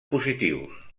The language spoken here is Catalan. positius